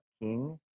King